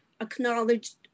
acknowledged